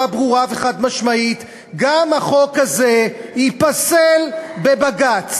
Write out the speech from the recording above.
ברורה וחד-משמעית: גם החוק הזה ייפסל בבג"ץ.